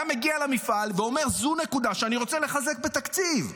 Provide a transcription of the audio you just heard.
היה מגיע למפעל ואומר: זו נקודה שאני רוצה לחזק בתקציב,